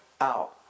out